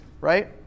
Right